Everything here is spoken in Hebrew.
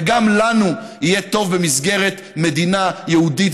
וגם לנו יהיה טוב במסגרת מדינה יהודית